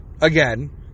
again